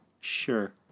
Sure